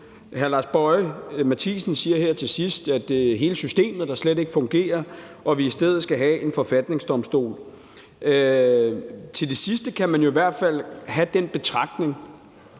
Hr. Lars Boje Mathiesen siger her til sidst, at det er hele systemet, der slet ikke fungerer, og at vi stedet skal have en forfatningsdomstol. Om det sidste kan man jo i hvert fald have den betragtning,